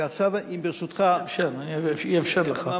ועכשיו, אם, ברשותך, אני אאפשר לך.